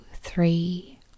three